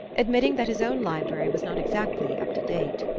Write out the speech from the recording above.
admitting that his own library was not exactly up-to-date.